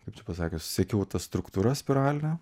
kaip čia pasakius sekiau tą struktūrą spiralinę